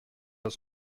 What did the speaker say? pas